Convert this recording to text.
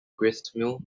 gristmill